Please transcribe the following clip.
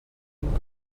une